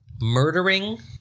murdering